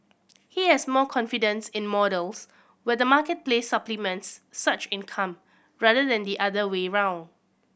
he has more confidence in models where the marketplace supplements such income rather than the other way around